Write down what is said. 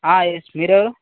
yes మీరు ఎవరు